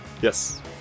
Yes